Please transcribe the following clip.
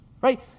Right